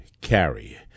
carry